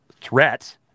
threat